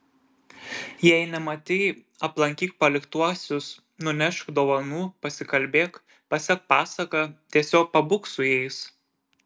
jei nematei aplankyk paliktuosius nunešk dovanų pasikalbėk pasek pasaką tiesiog pabūk su jais